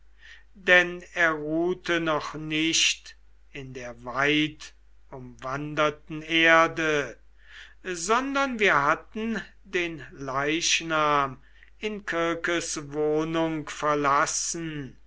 denn er ruhte noch nicht in der weitumwanderten erde sondern wir hatten den leichnam in kirkes wohnung verlassen